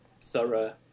thorough